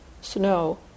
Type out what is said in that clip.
snow